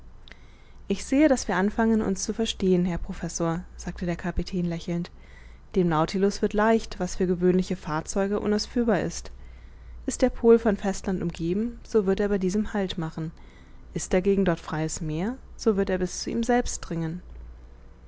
ich sehe daß wir anfangen uns zu verstehen herr professor sagte der kapitän lächelnd dem nautilus wird leicht was für gewöhnliche fahrzeuge unausführbar ist ist der pol von festland umgeben so wird er bei diesem halt machen ist dagegen dort freies meer so wird er bis zu ihm selbst dringen